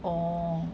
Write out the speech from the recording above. orh